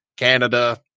Canada